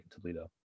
Toledo